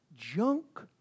junk